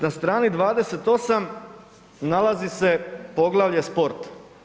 Na strani 28 nalazi se poglavlje sport.